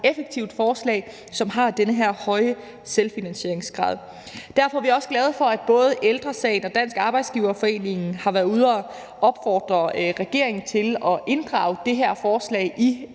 effektivt forslag, som har den her høje selvfinansieringsgrad. Derfor er vi også glade for, at både Ældre Sagen og Dansk Arbejdsgiverforening har været ude at opfordre regeringen til at inddrage det her forslag i